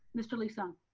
mr. lee-sung.